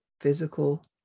physical